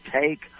take